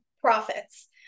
profits